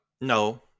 No